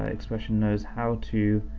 um xpression knows how to,